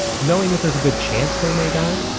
knowing that there's a good chance they may die,